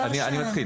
לא הרשעה.